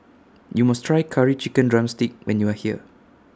YOU must Try Curry Chicken Drumstick when YOU Are here